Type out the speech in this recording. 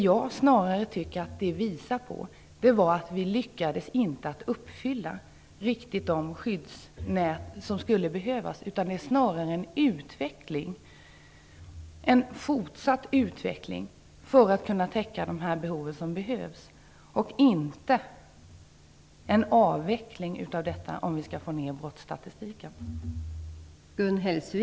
Jag tycker att det snarare visar på att vi inte riktigt lyckades åstadkomma det skyddsnät som skulle behövas. Om vi skall få ner brottsstatistiken, måste det till en fortsatt utveckling för att täcka behoven, inte en avveckling av det sociala skyddsnätet.